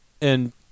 And-